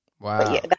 Wow